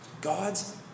God's